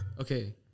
Okay